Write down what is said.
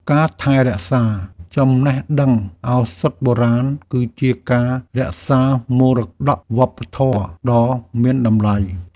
ការថែរក្សាចំណេះដឹងឱសថបុរាណ គឺជាការរក្សាមរតកវប្បធម៌ដ៏មានតម្លៃ។